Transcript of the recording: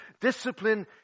discipline